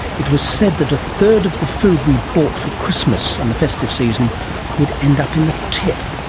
it was said that a third of the food we bought for christmas and the festive season would end up in the tip.